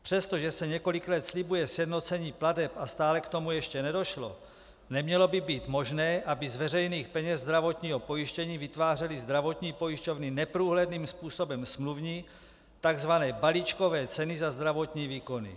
Přestože se několik let slibuje sjednocení plateb a stále k tomu ještě nedošlo, nemělo by být možné, aby z veřejných peněz zdravotního pojištění vytvářely zdravotní pojišťovny neprůhledným způsobem smluvní tzv. balíčkové ceny za zdravotní výkony.